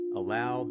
allow